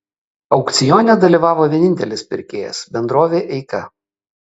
aukcione dalyvavo vienintelis pirkėjas bendrovė eika